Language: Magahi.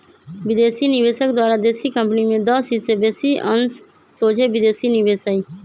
विदेशी निवेशक द्वारा देशी कंपनी में दस हिस् से बेशी अंश सोझे विदेशी निवेश हइ